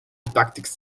tactics